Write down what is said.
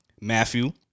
Matthew